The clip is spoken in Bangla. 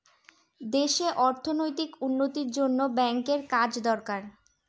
দেশে অর্থনৈতিক উন্নতির জন্য ব্যাঙ্কের কাজ দরকার